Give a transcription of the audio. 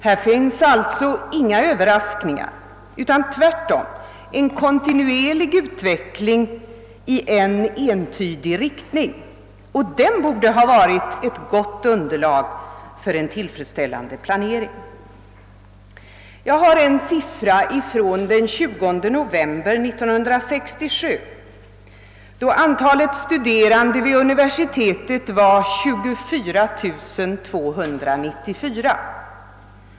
Där finns sålunda inga överraskningar, utan vi har tvärtom haft en kontinuerlig utveckling i ensidig riktning, som borde ha varit ett gott underlag för en tillfredsställande planering. Jag har här en siffra från den 20 november 1967. Då var antalet studerande vid. universitetet 24294.